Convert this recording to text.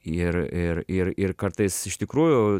ir ir ir ir kartais iš tikrųjų